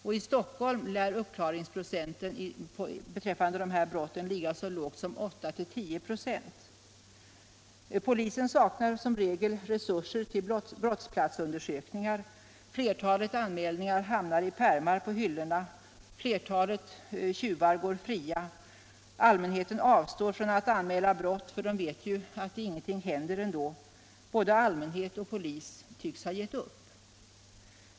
För Stockholms vidkommande lär uppklarningsprocenten när det gäller dessa brott ligga så lågt som på 8 å 10 26. Polisen saknar som regel resurser till brottsplatsundersökningar. Flertalet anmälningar hamnar i pärmar på hyllorna. Flertalet tjuvar går fria. Allmänheten avstår från att anmäla brott — de vet att ingenting händer ändå. Både allmänhet och polis tycks ha gett upp.